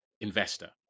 investor